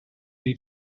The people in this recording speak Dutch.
die